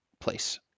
place